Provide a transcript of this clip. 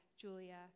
Julia